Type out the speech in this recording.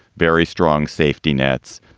very strong safety nets,